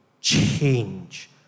change